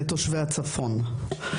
לתושבי הצפון.